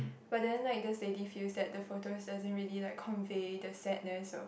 but then like this lady feels that the photos doesn't really like convey the sadness of